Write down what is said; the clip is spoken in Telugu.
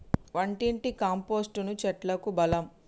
వంటింటి కంపోస్టును చెట్లకు బలం